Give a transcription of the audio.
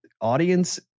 audience